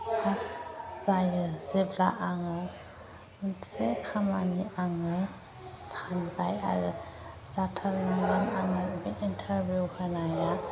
pass जायो जेब्ला आङो मोनसे खामानि आङो सानबाय आरो जाथारनांगोन आङो बे इन्टारभिउ होनाया